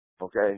okay